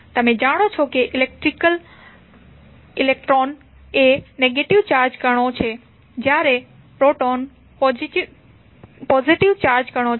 તમે જાણો છો કે ઇલેક્ટ્રોન એ નેગેટિવ ચાર્જ કણો છે જ્યારે પ્રોટોન પોઝિટિવ ચાર્જ કણો છે